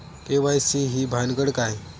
KYC ही भानगड काय?